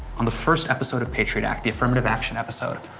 on the first episode of patriot act, the affirmative action episode,